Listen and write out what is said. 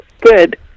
good